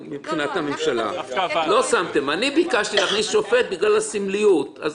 אני ביקשתי להוסיף שופט בגלל הסמליות אז